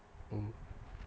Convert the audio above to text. mm